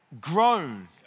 Grown